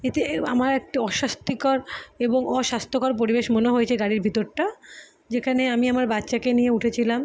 এতে আমার একটা অস্বস্তিকর এবং অস্বাস্থ্যকর পরিবেশ মনে হয়েছে গাড়ির ভিতরটা যেখানে আমি আমার বাচ্চাকে নিয়ে উঠেছিলাম